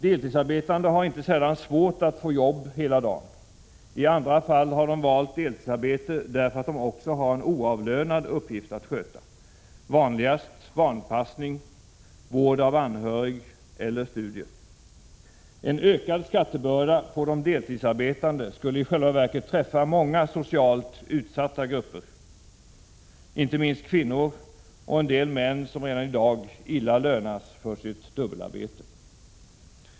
Deltidsarbetande har inte sällan svårt att få jobb hela dagen. I andra fall har de valt deltidsarbete därför att de också har en oavlönad uppgift att sköta — vanligen barnpassning, vård av anhörig eller studier. En ökad skattebörda på de deltidsarbetande skulle i själva verket träffa många socialt utsatta grupper, inte minst kvinnor och en del män som redan i dag illa lönas för sitt dubbelarbete.